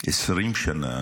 20 שנה